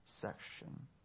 section